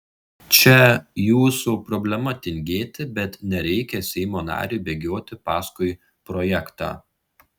čia jūsų problema tingėti bet nereikia seimo nariui bėgioti paskui projektą